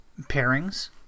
pairings